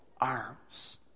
arms